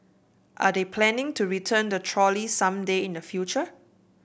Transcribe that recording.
are they planning to return the trolley some day in the future